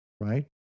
right